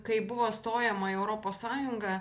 kai buvo stojama į europos sąjungą